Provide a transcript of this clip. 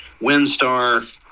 Windstar